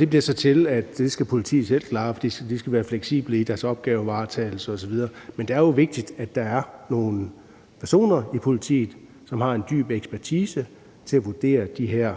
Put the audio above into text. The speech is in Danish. det bliver så til, at det skal politiet selv klare, for de skal være fleksible i deres opgavevaretagelse osv. Men det er jo vigtigt, at der er nogle personer i politiet, som har en dyb ekspertise til at vurdere de her